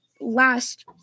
last